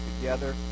together